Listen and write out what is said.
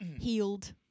healed